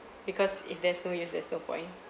because if there's no use there's no point